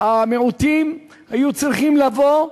המיעוטים היו צריכים לבוא,